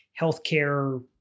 healthcare